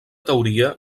teoria